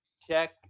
check